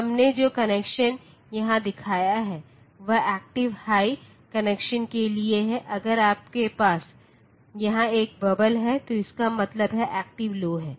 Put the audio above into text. हमने जो कनेक्शन यहां दिखाया है वह एक्टिव हाई कनेक्शन के लिए है अगर आपके पास यहां एक बबल है तो इसका मतलब है कि एक्टिव लौ है